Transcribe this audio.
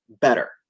better